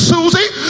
Susie